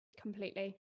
completely